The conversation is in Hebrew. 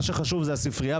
מה שחשוב זה הספרייה,